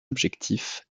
objectifs